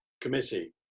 committee